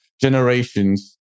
generations